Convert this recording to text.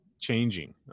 changing